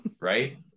right